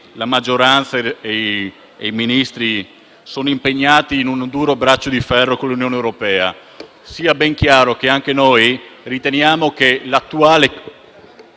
la maggioranza e i Ministri sono impegnati in un duro braccio di ferro con l'Unione europea. Sia ben chiaro che anche noi riteniamo che l'attuale